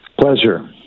Pleasure